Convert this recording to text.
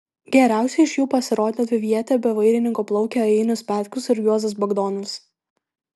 geriausiai iš jų pasirodė dviviete be vairininko plaukę einius petkus ir juozas bagdonas